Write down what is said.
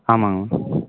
ஆமாங்க மேம்